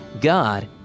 God